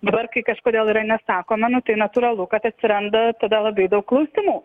dabar kai kažkodėl yra nesakoma nu tai natūralu kad atsiranda tada labai daug klausimų